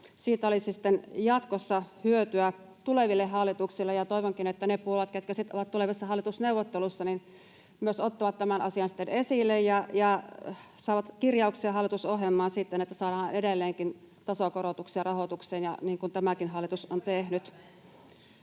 siitä olisi sitten jatkossa hyötyä tuleville hallituksille. Toivonkin, että ne puolueet, jotka sitten ovat tulevissa hallitusneuvotteluissa, myös ottavat tämän asian esille ja saavat kirjauksen hallitusohjelmaan, niin että saadaan edelleenkin tasokorotuksia rahoitukseen, niin kuin tämäkin hallitus on tehnyt.